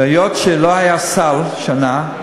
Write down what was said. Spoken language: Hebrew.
והיות שלא היה סל שנה,